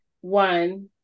one